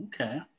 Okay